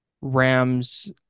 Rams